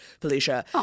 Felicia